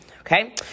Okay